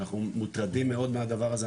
אנחנו מוטרדים מאוד מהדבר הזה,